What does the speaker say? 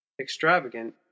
Extravagant